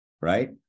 right